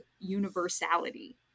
universality